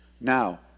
Now